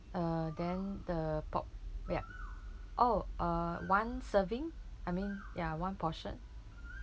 uh then the pop yup oh uh one serving I mean ya one portion